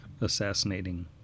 assassinating